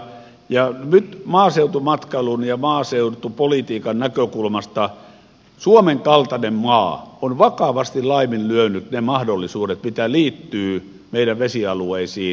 ja nyt maaseutumatkailun ja maaseutupolitiikan näkökulmasta suomen kaltainen maa on vakavasti laiminlyönyt ne mahdollisuudet mitä liittyy meidän vesialueisiimme